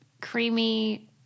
creamy